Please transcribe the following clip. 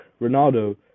Ronaldo